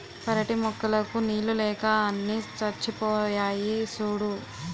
పెరటి మొక్కలకు నీళ్ళు లేక అన్నీ చచ్చిపోయాయి సూడూ